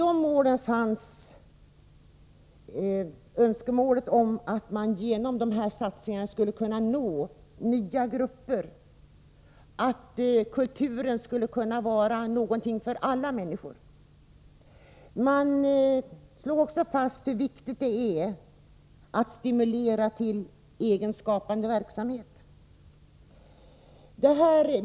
Ett önskemål gällde att man genom de beslutade satsningarna skulle nå ut till nya grupper. Kulturen skulle vara till för alla människor. Vidare slog man fast hur viktigt det är att människor stimuleras till egen skapande verksamhet.